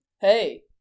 Hey